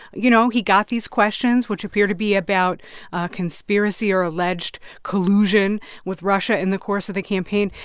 you know, he got these questions, which appear to be about conspiracy or alleged collusion with russia in the course of the campaign.